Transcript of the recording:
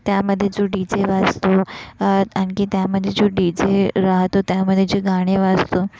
त्यामध्ये जो D J वाजतो आणखी त्यामध्ये जो डी जे राहतो त्यामध्ये जी गाणी वाजतो